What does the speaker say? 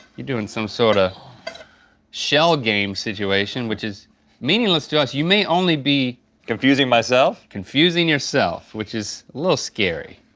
you're doing some sort of shell game situation which is meaningless to us. you may only be confusing myself? confusing yourself, which is a little scary.